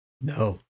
No